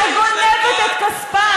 שגונבת את כספם